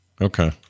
Okay